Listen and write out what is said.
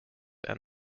and